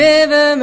River